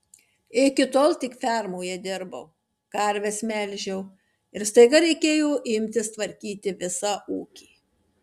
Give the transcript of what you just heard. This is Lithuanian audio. iki tol tik fermoje dirbau karves melžiau ir staiga reikėjo imtis tvarkyti visą ūkį